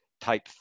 type